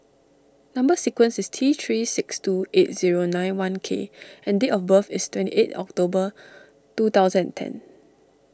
Number Sequence is T three six two eight zero nine one K and date of birth is twenty eight October two thousand and ten